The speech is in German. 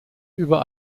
über